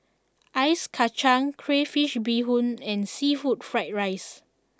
Ice Kacang Crayfish Beehoon and Seafood Fried Rice